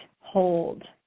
hold